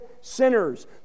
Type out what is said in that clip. sinners